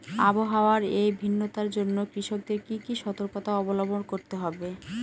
আবহাওয়ার এই ভিন্নতার জন্য কৃষকদের কি কি সর্তকতা অবলম্বন করতে হবে?